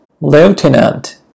lieutenant